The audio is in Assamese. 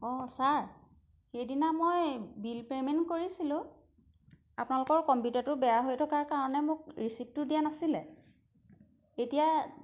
অঁ ছাৰ সেইদিনা মই বিল পে'মেণ্ট কৰিছিলোঁ আপোনালোকৰ কম্পিউটাৰটো বেয়া হৈ থকাৰ কাৰণে মোক ৰিচিপ্টটো দিয়া নাছিলে এতিয়া